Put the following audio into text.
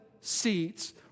seats